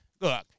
Look